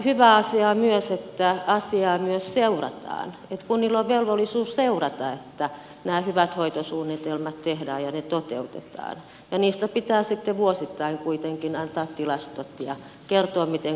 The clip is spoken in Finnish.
hyvä asia on myös että asiaa seurataan että kunnilla on velvollisuus seurata että nämä hyvät hoitosuunnitelmat tehdään ja ne toteutetaan ja niistä pitää sitten vuosittain kuitenkin antaa tilastot ja kertoa miten kunta on toiminut